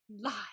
Lie